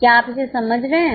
क्या आप इसे समझ रहे हैं